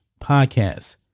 podcast